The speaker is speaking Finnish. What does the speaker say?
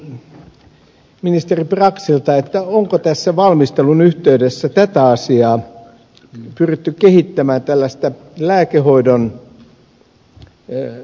kysyisinkin ministeri braxilta onko tässä valmistelun yhteydessä tätä asiaa pyritty kehittämään tällaista lääkehoidon toteuttamista